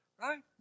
right